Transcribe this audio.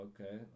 Okay